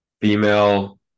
female